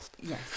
Yes